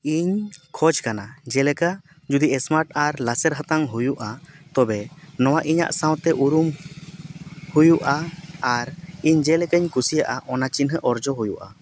ᱤᱧ ᱠᱷᱚᱡᱽ ᱠᱟᱱᱟ ᱡᱮᱞᱮᱠᱟ ᱡᱩᱫᱤ ᱥᱢᱟᱨᱴ ᱟᱨ ᱞᱟᱥᱮᱨ ᱦᱟᱛᱟᱝ ᱦᱩᱭᱩᱜᱼᱟ ᱛᱚᱵᱮ ᱱᱚᱣᱟ ᱤᱧᱟᱹᱜ ᱥᱟᱶᱛᱮ ᱩᱨᱩᱢ ᱦᱩᱭᱩᱜᱼᱟ ᱟᱨ ᱤᱧ ᱡᱮᱞᱮᱠᱟᱧ ᱠᱩᱥᱤᱭᱟᱜᱼᱟ ᱚᱱᱟ ᱪᱤᱱᱦᱟᱹ ᱚᱨᱡᱚ ᱦᱩᱭᱩᱜᱼᱟ